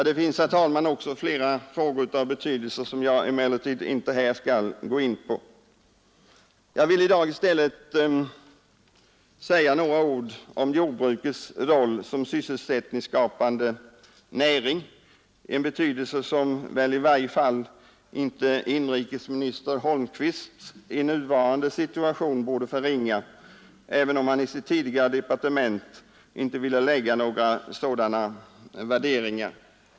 Det finns också flera frågor av betydelse som jag emellertid inte här skall gå in på. Jag vill i dag, herr talman, i stället säga några ord om jordbrukets roll som sysselsättningsskapande näring, en betydelse som väl i varje fall inte inrikesminister Holmqvist i nuvarande situation borde förringa, även om han i sitt tidigare departement inte ville lägga några sådana värderingar.